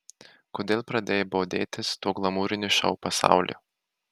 kodėl pradėjai bodėtis tuo glamūriniu šou pasauliu